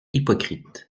hypocrite